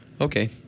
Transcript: Okay